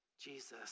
Jesus